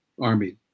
Army